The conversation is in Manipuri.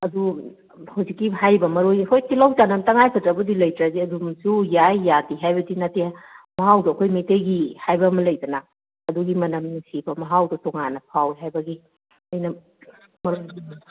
ꯑꯗꯨ ꯍꯧꯖꯤꯛꯀꯤ ꯍꯥꯏꯔꯤꯕ ꯃꯔꯣꯏ ꯍꯣꯏ ꯇꯤꯂꯧ ꯆꯅꯝ ꯇꯉꯥꯏ ꯐꯗ꯭ꯔꯕꯨꯗꯤ ꯂꯩꯇ꯭ꯔꯗꯤ ꯑꯗꯨꯝꯁꯨ ꯌꯥꯏ ꯌꯥꯗꯦ ꯍꯥꯏꯕꯗꯤ ꯅꯠꯇꯦ ꯃꯍꯥꯎꯗꯣ ꯑꯩꯈꯣꯏ ꯃꯩꯇꯩꯒꯤ ꯍꯥꯏꯕ ꯑꯃ ꯂꯩꯗꯅ ꯑꯗꯨꯒꯤ ꯃꯅꯝ ꯅꯨꯡꯁꯤꯕ ꯃꯍꯥꯎꯗꯣ ꯇꯣꯉꯥꯟꯅ ꯐꯥꯎꯋꯤ ꯍꯥꯏꯕꯒꯤ ꯑꯩꯅ